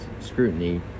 scrutiny